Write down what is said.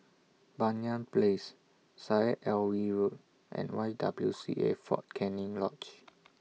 Banyan Place Syed Alwi Road and Y W C A Fort Canning Lodge